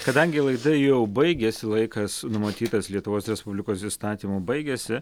kadangi laida jau baigiasi laikas numatytas lietuvos respublikos įstatymu baigiasi